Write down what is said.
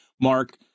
Mark